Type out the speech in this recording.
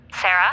Sarah